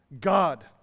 God